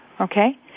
Okay